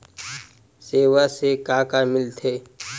सेवा से का का मिलथे?